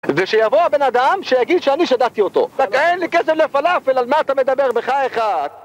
ושיבוא הבן אדם שיגיד שאני שדדתי אותו. אין לי כסף לפלאפל, על מה אתה מדבר, בחייך.